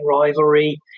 rivalry